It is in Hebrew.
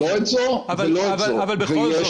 לא את זו ולא את זו.